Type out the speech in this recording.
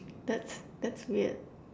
that's that's weird